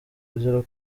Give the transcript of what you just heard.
kugera